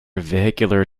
vehicular